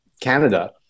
Canada